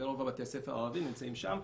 רוב בתי הספר הערביים נמצאים שם.